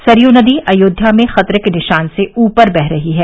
सरयू नदी अयोध्या में खतरे के निशान से ऊपर बह रही है